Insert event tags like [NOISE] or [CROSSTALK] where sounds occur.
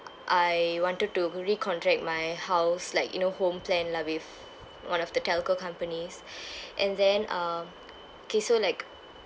I wanted to recontract my house like you know home plan lah with one of the telco companies [BREATH] and then uh okay so like